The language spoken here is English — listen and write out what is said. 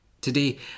Today